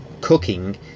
cooking